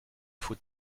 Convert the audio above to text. faut